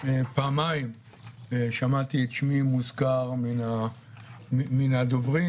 פעמיים שמעתי את שמי מוזכר על ידי הדוברים.